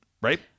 right